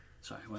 Sorry